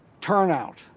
turnout